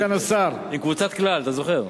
עם קבוצת "כלל", אתה זוכר?